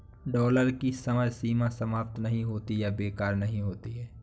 dollar की समय सीमा समाप्त नहीं होती है या बेकार नहीं होती है